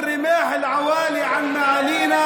(אומר דברים בשפה הערבית, להלן תרגומם: